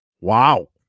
Wow